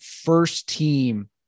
first-team